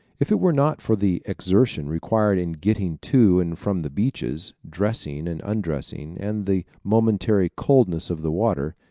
if it were not for the exertion required in getting to and from the beaches, dressing and undressing, and the momentary coldness of the water,